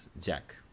Jack